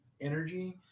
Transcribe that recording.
energy